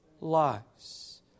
lives